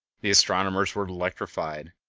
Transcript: the astronomers were electrified.